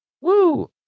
Woo